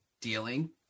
dealing